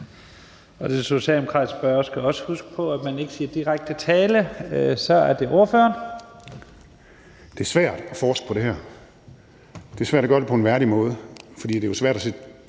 Den socialdemokratiske spørger skal også huske på, at man ikke bruger direkte tiltale. Så er det ordføreren. Kl. 15:07 Torsten Gejl (ALT): Det er svært at forske i det her. Det er svært at gøre det på en værdig måde, for det er jo svært at sætte